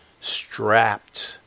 strapped